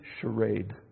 charade